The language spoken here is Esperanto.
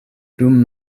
dum